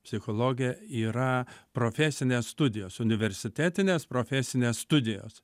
psichologija yra profesinės studijos universitetinės profesinės studijos